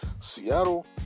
Seattle